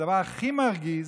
הדבר הכי מרגיז,